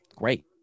Great